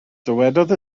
dywedodd